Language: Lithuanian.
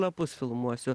lapus filmuosiu